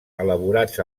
elaborats